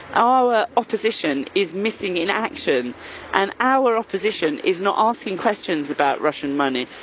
our opposition is missing in action and our opposition is not asking questions about russian money.